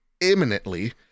imminently